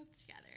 together